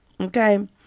Okay